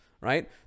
right